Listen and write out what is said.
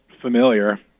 familiar